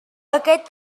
aquest